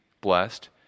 blessed